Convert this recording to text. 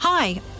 Hi